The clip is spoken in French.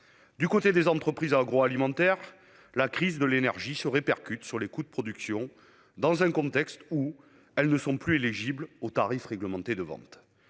Du côté des entreprises agroalimentaires, la crise de l'énergie se répercute sur les coûts de production, dans un contexte où elles ne sont plus éligibles aux tarifs réglementés de vente.